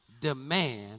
demand